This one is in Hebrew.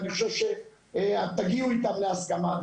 ואני חושב שתגיעו איתם להסכמה.